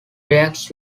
reacts